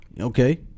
Okay